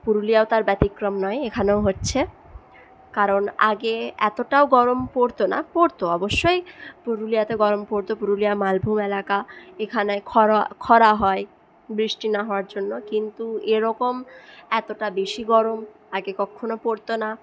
পুরুলিয়াও তার ব্যতিক্রম নয় এখানেও হচ্ছে কারণ আগে এতটাও গরম পড়ত না পড়ত অবশ্যই পুরুলিয়াতেও গরম পড়ত পুরুলিয়ার মানভূম এলাকা এখানে খরা খরা হয় বৃষ্টি না হওয়ার জন্য কিন্তু এরকম এতটা বেশি গরম আগে কক্ষনো পড়ত না